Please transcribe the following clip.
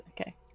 Okay